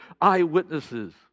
eyewitnesses